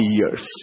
years